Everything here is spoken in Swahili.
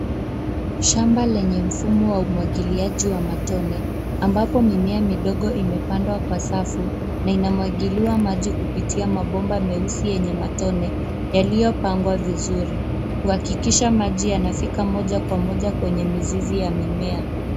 Shamba lenye mfumo wa umwagiliaji wa matone, ambapo mimea midogo imepandwa kwa safu na inamwagiliwa maji kupitia mabomba meusi yenye matone yaliyopangwa vizuri kuhakikisha maji yanafika moja kwa moja kwenye mizizi ya mimea.